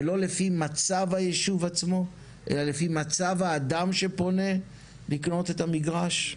ולא לפי מצב הישוב עצמו אלא לפי מצב האדם שפונה לקנות את המגרש?